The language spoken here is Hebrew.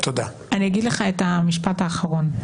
אני אגיד לך את המשפט האחרון.